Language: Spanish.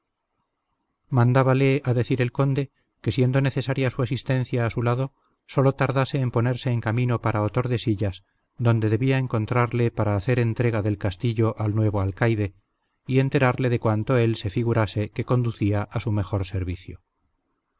prerrogativas mandábale a decir el conde que siendo necesaria su asistencia a su lado sólo tardase en ponerse en camino para otordesillas donde debía encontrarle para hacer entrega del castillo al nuevo alcaide y enterarle de cuanto él se figurase que conducía a su mejor servicio